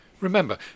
Remember